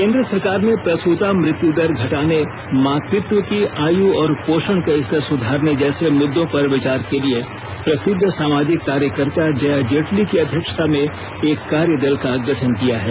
केन्द्र सरकार ने प्रसूता मृत्यु दर घटाने मातृत्व की आयु और पोषण का स्तर सुधारने जैसे मुद्दों पर विचार के लिए प्रसिद्ध सामाजिक कार्यकर्ता जया जेटली की अध्यक्षता में एक कार्यदल का गठन किया है